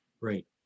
Great